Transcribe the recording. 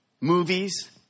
movies